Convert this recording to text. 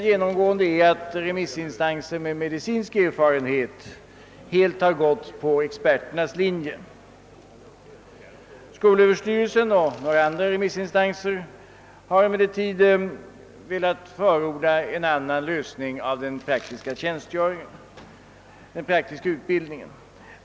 Remissinstanser med medicinsk erfarenhet har dock genomgående anslutit sig till experternas linje. Skolöverstyrelsen och några andra remissinstanser har emellertid velat förorda en annan lösning av den praktiska utbildningen.